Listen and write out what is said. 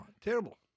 Terrible